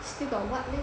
still got what leh